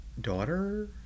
daughter